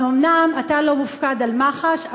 אז אומנם אתה לא מופקד על מח"ש,